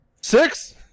six